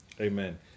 Amen